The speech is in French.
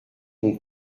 mon